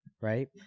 right